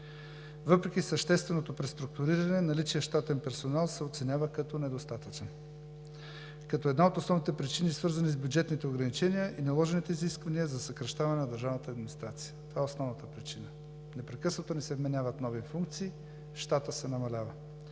Въпреки същественото преструктуриране, наличният щатен персонал се оценява като недостатъчен. Една от основните причини е свързана с бюджетните ограничения и наложените изисквания за съкращаване на държавната администрация – това е основната причина. Непрекъснато ни се вменяват нови функции – щатът се намалява.